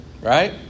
Right